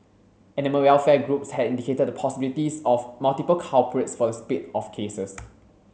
animal welfare groups had indicated the possibilities of multiple culprits for the spate of cases